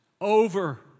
over